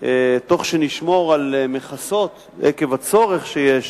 תוך שנשמור על מכסות, עקב הצורך שיש